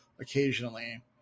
occasionally